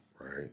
right